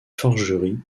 forgery